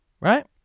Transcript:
right